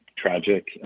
Tragic